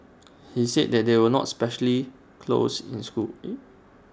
he said they were not especially close in school